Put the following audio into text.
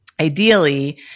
ideally